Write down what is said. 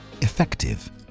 effective